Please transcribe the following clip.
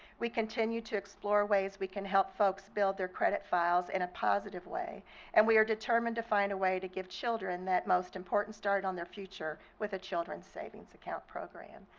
we continue to explore ways we can help folks build their credit files in a positive way and we are determined to find a way to give children that most important start on their future with a children's savings account program.